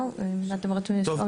אם אתם רוצים לשאול משהו, בבקשה.